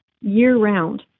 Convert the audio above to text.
year-round